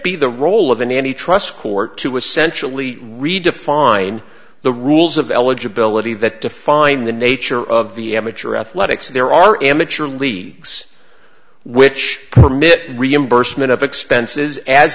be the role of a nanny trust court to essentially redefine the rules of eligibility that define the nature of the amateur athletics there are amateur leagues which permit reimbursement of expenses as